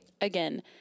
again